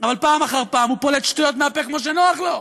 אבל פעם אחר פעם הוא פולט שטויות מהפה כמו שנוח לו.